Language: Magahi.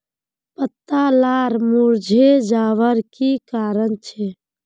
पत्ता लार मुरझे जवार की कारण छे?